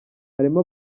harimo